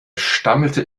stammelte